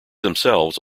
themselves